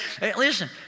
listen